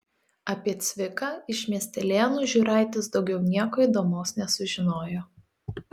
apie cviką iš miestelėnų žiūraitis daugiau nieko įdomaus nesužinojo